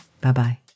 Bye-bye